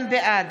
בעד